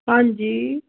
ਹਾਂਜੀ